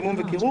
חימום וקירור,